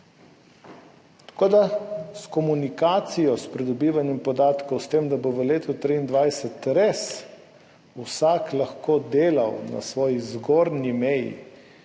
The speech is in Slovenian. Tako da, s komunikacijo, s pridobivanjem podatkov, s tem, da bo v letu 2023 res vsak lahko delal na svoji zgornji meji,